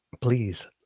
please